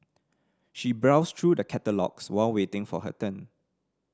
she browsed through the catalogues while waiting for her turn